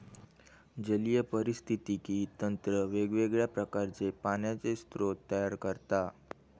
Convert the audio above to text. जलीय पारिस्थितिकी तंत्र वेगवेगळ्या प्रकारचे पाण्याचे स्रोत तयार करता